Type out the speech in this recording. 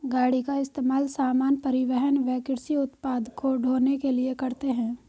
गाड़ी का इस्तेमाल सामान, परिवहन व कृषि उत्पाद को ढ़ोने के लिए करते है